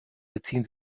beziehen